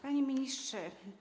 Panie Ministrze!